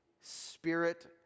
spirit